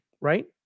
right